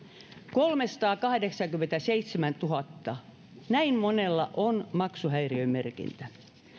kolmesataakahdeksankymmentäseitsemäntuhatta näin monella on maksuhäiriömerkintä